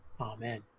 Amen